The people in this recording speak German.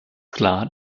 klar